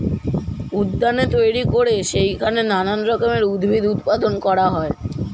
উদ্যানে তৈরি করে সেইখানে নানান রকমের উদ্ভিদ উৎপাদন করা হয়